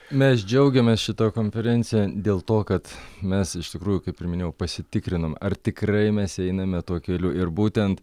mes džiaugiamės šita konferencija dėl to kad mes iš tikrųjų kaip ir minėjau pasitikrinom ar tikrai mes einame tuo keliu ir būtent